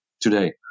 today